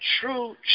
true